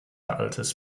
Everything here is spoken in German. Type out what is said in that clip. altes